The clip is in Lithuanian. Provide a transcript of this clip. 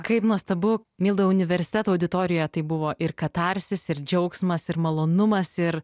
kaip nuostabu milda universiteto auditorijoje tai buvo ir katarsis ir džiaugsmas ir malonumas ir